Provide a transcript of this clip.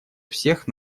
всех